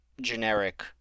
generic